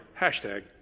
hashtag